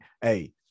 hey